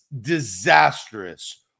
disastrous